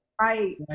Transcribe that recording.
right